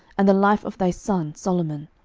and the life of thy son solomon.